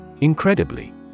Incredibly